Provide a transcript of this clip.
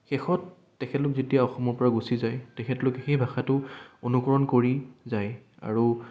আৰু শেষত তেখেতলোক যেতিয়া অসমৰ পৰা গুছি যায় তেখেতলোকে সেই ভাষাটো অনুকৰণ কৰি যায় আৰু